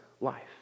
life